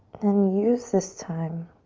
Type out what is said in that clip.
then use this time.